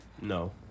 No